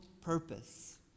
purpose